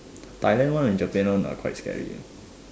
Thailand one and Japan one are quite scary